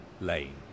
Lane